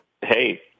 Hey